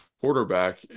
quarterback